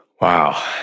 Wow